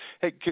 Hey